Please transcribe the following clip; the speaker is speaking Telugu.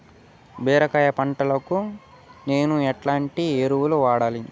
బీరకాయ పంటకు నేను ఎట్లాంటి ఎరువులు వాడాలి?